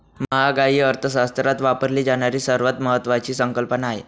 महागाई अर्थशास्त्रात वापरली जाणारी सर्वात महत्वाची संकल्पना आहे